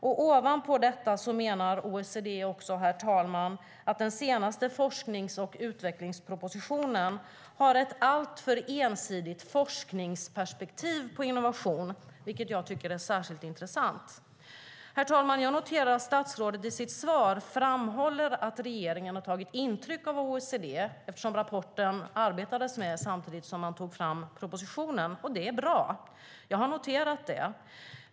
Ovanpå detta menar OECD också att den senaste forsknings och utvecklingspropositionen har ett alltför ensidigt forskningsperspektiv på innovation, vilket jag tycker är särskilt intressant. Herr talman! Jag noterar att statsrådet i sitt svar framhåller att regeringen har tagit intryck av OECD, eftersom man arbetade med rapporten samtidigt som propositionen togs fram. Det är bra, och jag har noterat det.